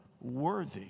worthy